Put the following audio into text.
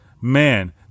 man